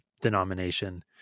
denomination